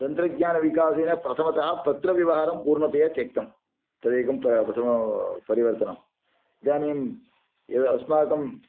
तन्त्रज्ञानविकासेन प्रथमतः पत्रव्यवहारं पूर्णतया त्यक्तं तर्हि एकं प्रथमपरिवर्तनम् इदानीं यदस्माकं